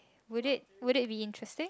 would it would it be interesting